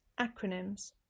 Acronyms